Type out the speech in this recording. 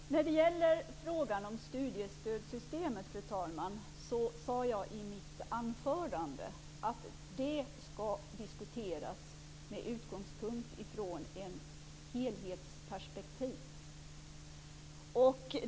Fru talman! När det gäller frågan om studiestödssystemet sade jag i mitt anförande att det skall diskuteras med utgångspunkt från ett helhetsperspektiv.